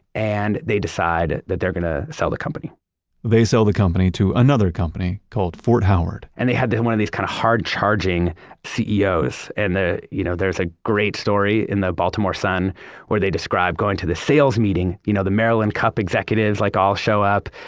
and they decide that they're going to sell the company they sell the company to another company called fort howard and they had one of these kind of, hard-charging ceos. and you know, there's a great story in the baltimore sun where they describe going to the sales meeting. you know, the maryland cup executives like, all show up,